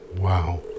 Wow